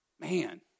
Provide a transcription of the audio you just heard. Man